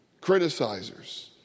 Criticizers